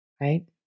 right